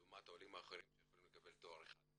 לעומת עולים אחרים שיכולים לקבל תואר אחד.